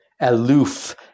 aloof